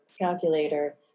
calculator